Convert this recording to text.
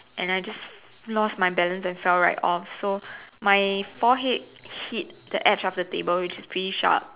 and I just lost my balance and fell right off so my forehead hit the edge of the table which is pretty sharp